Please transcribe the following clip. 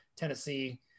Tennessee